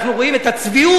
אנחנו רואים את הצביעות,